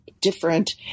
different